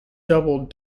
doubled